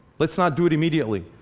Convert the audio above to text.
let's not do it immediately.